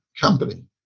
company